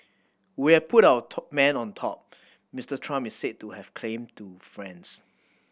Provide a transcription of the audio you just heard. we have put our man on top Mister Trump is said to have claimed to friends